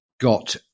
got